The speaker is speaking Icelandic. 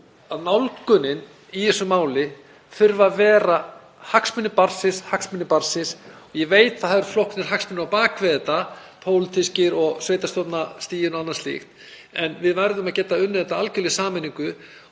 að nálgunin í þessu máli þurfi að vera hagsmunir barnsins, hagsmunir barnsins. Ég veit það eru flóknir hagsmunir á bak við þetta, pólitískir og sveitarstjórnarstigið og annað slíkt, en við verðum að geta unnið þetta algerlega í sameiningu